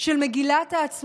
של מגילת העצמאות.